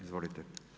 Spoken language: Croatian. Izvolite.